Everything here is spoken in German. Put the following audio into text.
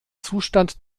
zustand